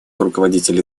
руководители